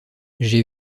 j’ai